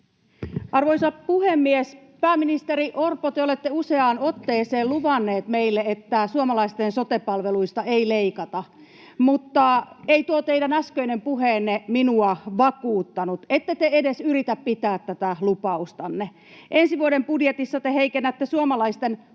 Arvoisa puhemies! Pääministeri Orpo, te olette useaan otteeseen luvannut meille, että suomalaisten sote-palveluista ei leikata, mutta ei tuo teidän äskeinen puheenne minua vakuuttanut. Ette te edes yritä pitää tätä lupaustanne. Ensi vuoden budjetissa te heikennätte suomalaisten